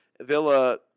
Villa